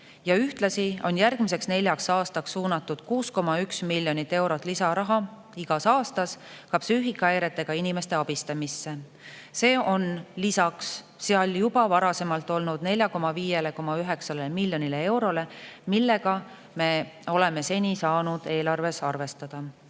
Ühtlasi on järgmiseks neljaks aastaks suunatud 6,1 miljonit eurot lisaraha igal aastal ka psüühikahäiretega inimeste abistamisse. See on lisaks seal juba varasemalt olnud 45,9 miljonile eurole, millega me oleme seni saanud eelarves arvestada.